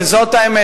וזאת האמת.